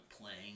playing